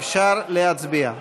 אפשר להצביע.